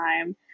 time